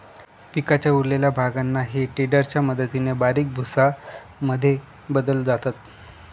पिकाच्या उरलेल्या भागांना हे टेडर च्या मदतीने बारीक भुसा मध्ये बदलल जात